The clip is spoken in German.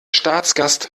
staatsgast